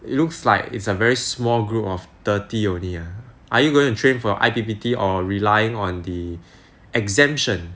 it looks like it's a very small group of thirty only ah are you going to train for I_P_P_T or relying on the exemption